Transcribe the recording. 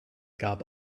gab